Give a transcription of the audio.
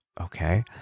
okay